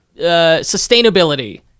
sustainability